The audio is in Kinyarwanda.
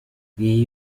ngiyi